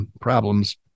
problems